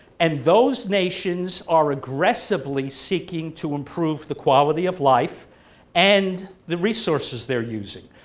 and those nations are aggressively seeking to improve the quality of life and the resources they're using.